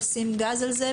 לשים גז על זה,